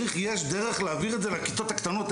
יש דרך להעביר את זה לכיתות הנמוכות?